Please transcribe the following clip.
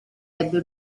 ebbe